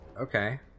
Okay